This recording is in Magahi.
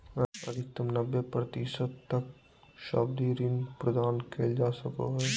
अधिकतम नब्बे प्रतिशत तक सावधि ऋण प्रदान कइल जा सको हइ